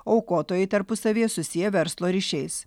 aukotojai tarpusavyje susiję verslo ryšiais